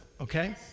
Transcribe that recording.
okay